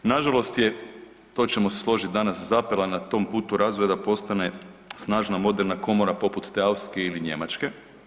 Na žalost je, to ćemo se složiti danas zapela na tom putu razvoja da postane snažna moderna komora poput te austrijske ili njemačke.